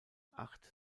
acht